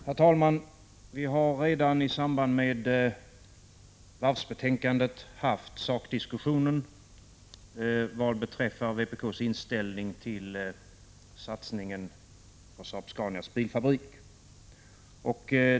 Herr talman! Vi har redan i samband med varvsbetänkandet haft sakdiskussioner vad beträffar vpk:s inställning till satsningen på Saab Scanias bilfabrik.